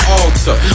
altar